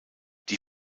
die